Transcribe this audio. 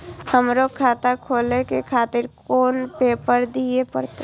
हमरो खाता खोले के खातिर कोन पेपर दीये परतें?